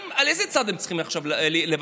על איזה צד הם צריכים עכשיו לוותר,